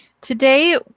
today